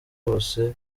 bwose